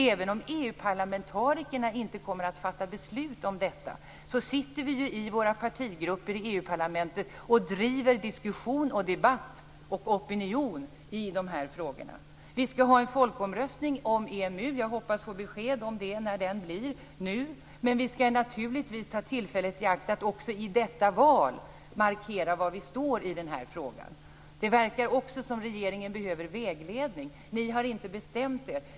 Även om EU-parlamentarikerna inte kommer att fatta beslut om detta sitter vi i våra partigrupper i EU parlamentet och driver diskussion, debatt och opinion i de här frågorna. Vi skall ha en folkomröstning om EMU. Jag hoppas att nu få besked om när den blir. Men vi skall naturligtvis ta tillfället i akt att också i detta val markera var vi står i den här frågan. Det verkar också som om regeringen behöver vägledning. Ni har inte bestämt er.